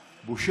דמוקרטיה.